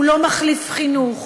הוא לא מחליף חינוך,